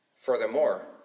Furthermore